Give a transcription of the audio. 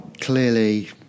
clearly